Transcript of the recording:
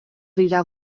dira